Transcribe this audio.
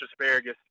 asparagus